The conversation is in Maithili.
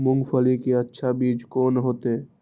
मूंगफली के अच्छा बीज कोन होते?